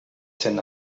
zen